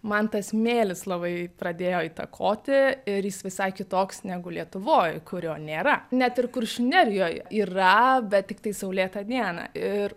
man tas smėlis labai pradėjo įtakoti ir jis visai kitoks negu lietuvoj kurio nėra net ir kuršių nerijoj yra bet tiktai saulėtą dieną ir